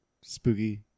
spooky